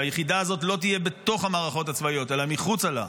שהיחידה הזאת לא תהיה בתוך המערכות הצבאיות אלא מחוצה להן,